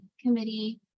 Committee